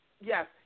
yes